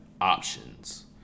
options